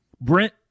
Brent